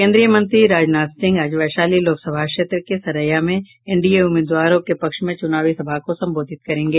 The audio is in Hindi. केन्द्रीय मंत्री राजनाथ सिंह आज वैशाली लोकसभा क्षेत्र के सरैया में एनडीए उम्मीदवारों के पक्ष में चुनावी सभा को संबोधित करेंगे